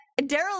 daryl